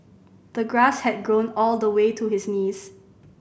the grass had grown all the way to his knees